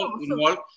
involved